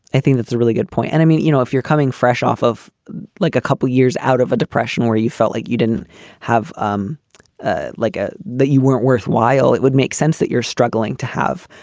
i think that's a really good point. and i mean, you know, if you're coming fresh off of like a couple years out of a depression where you felt like you didn't have um like a that you weren't worthwhile, it would make sense that you're struggling to have